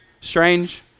strange